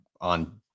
on